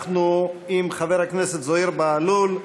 אנחנו עם חבר הכנסת זוהיר בהלול.